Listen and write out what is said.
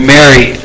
Mary